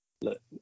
look